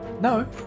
No